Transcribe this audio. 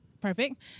Perfect